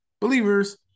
believers